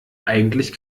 eigentlich